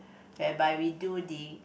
whereby we do the